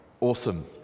awesome